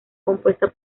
compuesta